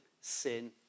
sin